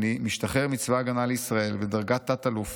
אני משתחרר מצבא הגנה לישראל בדרגת תת-אלוף,